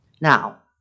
Now